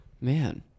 Man